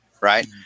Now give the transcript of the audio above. Right